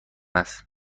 است